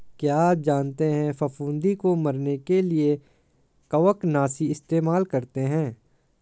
क्या आप जानते है फफूंदी को मरने के लिए कवकनाशी इस्तेमाल करते है?